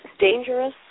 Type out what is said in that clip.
dangerous